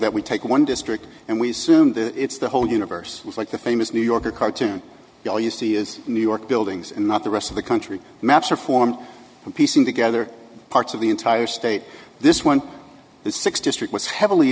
that we take one district and we assume it's the whole universe like the famous new yorker cartoon all you see is new york buildings and not the rest of the country maps or form piecing together parts of the entire state this one is six district was heavily